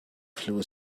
flu